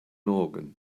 organ